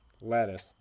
lettuce